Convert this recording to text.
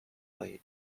late